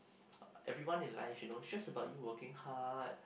everyone in life you know is just about you working hard